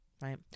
right